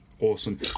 awesome